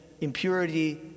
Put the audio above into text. impurity